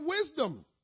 wisdom